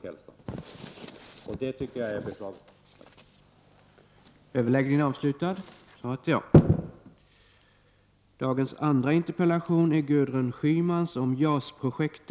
1989/90:52 folkhälsan. 17 januari 1990